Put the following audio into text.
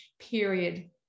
period